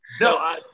No